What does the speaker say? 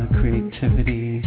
creativity